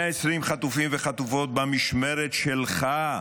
120 חטופים וחטופות במשמרת שלך,